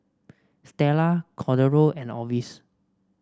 Stella Cordero and Orvis